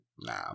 Nah